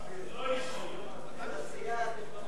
הצעת הסיכום שהביא חבר